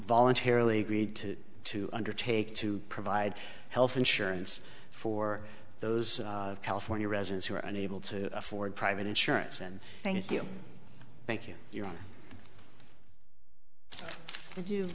voluntarily agreed to to undertake to provide health insurance for those california residents who are unable to afford private insurance and thank you thank you